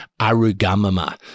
arugamama